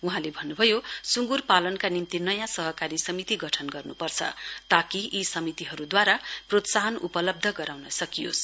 वहाँले भन्नुभयो सुंगुर पालनका निम्ति नयाँ सहकारी समिति गठन गर्नुपर्छ ताकि यी समितिहरूद्वारा प्रोत्साहन उपलब्ध गराउन सकियोस्